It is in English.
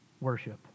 worship